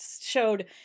showed